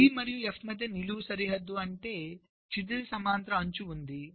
E మరియు F మధ్య నిలువు సరిహద్దు అంటే క్షితిజ సమాంతర అంచు ఉంది